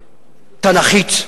תנ"כית.